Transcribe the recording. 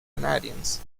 canadiens